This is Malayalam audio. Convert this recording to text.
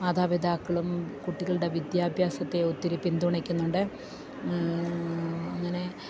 മാതാപിതാക്കളും കുട്ടികളുടെ വിദ്യാഭ്യാസത്തെ ഒത്തിരി പിന്തുണയ്ക്കുന്നുണ്ട് അങ്ങനെ